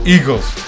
Eagles